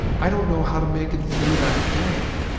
i don't know how to make it through that day.